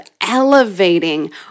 elevating